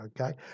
okay